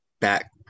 back